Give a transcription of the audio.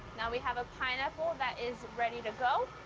now we have a pineapple that is ready to go.